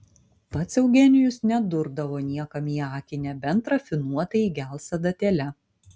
pats eugenijus nedurdavo niekam į akį nebent rafinuotai įgels adatėle